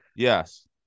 Yes